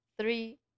Three